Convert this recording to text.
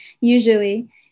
usually